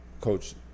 Coach